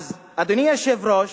אדוני היושב-ראש,